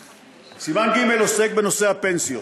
סימן ג' עוסק בנושא הפנסיות.